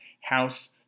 House